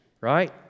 right